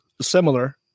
similar